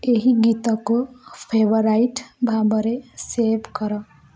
ଏହି ଗୀତକୁ ଫେଭରାଇଟ୍ ଭାବରେ ସେଭ୍ କର